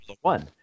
One